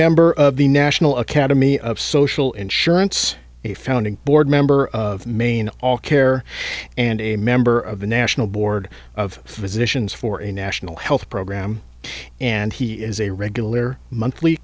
member of the national academy of social insurance a founding board member of maine all care and a member of the national board of physicians for a national health program and he is a regular monthly